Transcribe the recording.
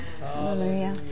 Hallelujah